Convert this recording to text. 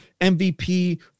MVP